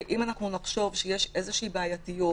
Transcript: ואם אנחנו נחשוב שיש איזושהי בעייתיות